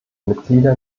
mitglieder